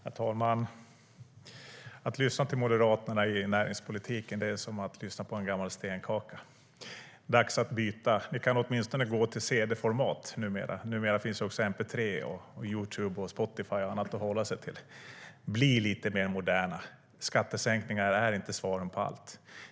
Herr talman! Att lyssna till Moderaterna i näringspolitiken är som att lyssna på en gammal stenkaka. Det är dags att byta! Ni kan åtminstone gå över till cd-format. Numera finns också mp3, Youtube, Spotify och annat att hålla sig till. Bli lite mer moderna! Skattesänkningar är inte svaret på allt.